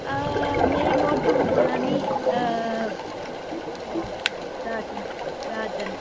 में महौर थमां बोल्ला नी राजन राजन राजन